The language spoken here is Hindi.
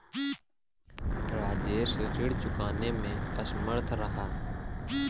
राजेश ऋण चुकाने में असमर्थ रहा